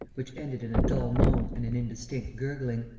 which ended in a dull moan and an indistinct gurgling.